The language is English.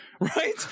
Right